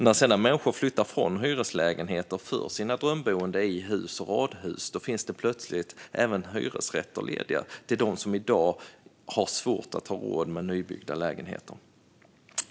När människor flyttar från hyreslägenheter till sina drömboenden i hus och radhus blir det plötsligt hyresrätter lediga till dem som i dag har svårt att ha råd med nybyggda lägenheter.